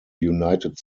united